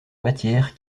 matière